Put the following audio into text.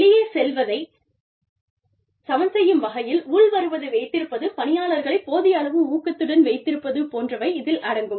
வெளியே செல்வதைச் சமன்செய்யும் வகையில் உள்வருவதை வைத்திருப்பது பணியாளர்களை போதிய அளவு ஊக்கத்துடன் வைத்திருப்பது போன்றவை இதில் அடங்கும்